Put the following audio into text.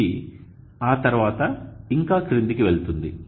ఇది ఆ తర్వాత ఇంకా క్రిందికి వెళుతుంది